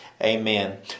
Amen